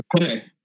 okay